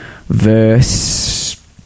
verse